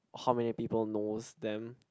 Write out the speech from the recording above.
how many people knows them